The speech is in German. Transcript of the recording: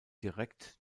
direkt